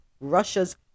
Russia's